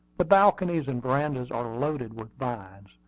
the balconies and verandas are loaded with vines,